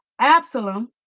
Absalom